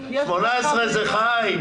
18 זה ח"י.